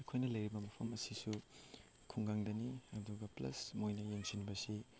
ꯑꯩꯈꯣꯏꯅ ꯂꯩꯔꯤꯕ ꯃꯐꯝ ꯑꯁꯤꯁꯨ ꯈꯨꯡꯒꯪꯗꯅꯤ ꯑꯗꯨꯒ ꯄ꯭ꯂꯁ ꯃꯣꯏꯅ ꯌꯦꯡꯁꯤꯟꯕꯁꯤ